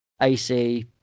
AC